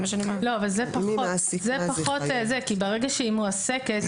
ברגע שהיא מועסקת,